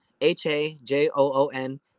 H-A-J-O-O-N